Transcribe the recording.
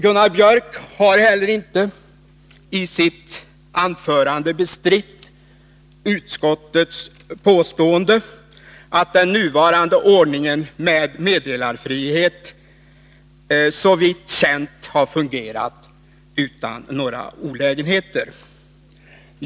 Gunnar Biörck har i sitt anförande inte heller bestritt utskottets påstående 51 att den nuvarande ordningen med meddelarfrihet såvitt känt har fungerat utan några olägenheter. Herr talman!